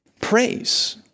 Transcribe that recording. Praise